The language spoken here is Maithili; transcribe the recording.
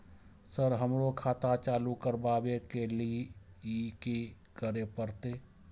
सर हमरो खाता चालू करबाबे के ली ये की करें परते?